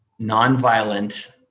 nonviolent